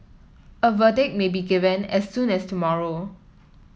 a verdict may be given as soon as tomorrow